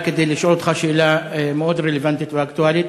כדי לשאול אותך שאלה מאוד רלוונטית ואקטואלית: